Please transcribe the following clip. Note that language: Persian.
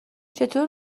چطور